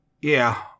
Yeah